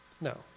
No